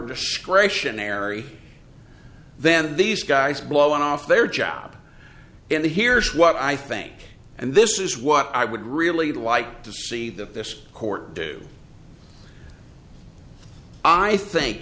sion ery then these guys blowing off their job and here's what i think and this is what i would really like to see that this court do i think